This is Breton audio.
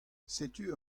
setu